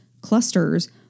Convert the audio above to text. clusters